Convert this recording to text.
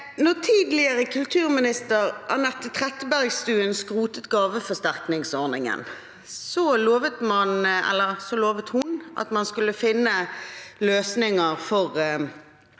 Da tidligere kultur- minister Anette Trettebergstuen skrotet gaveforsterkningsordningen, lovet hun at man skulle finne løsninger for